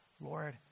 Lord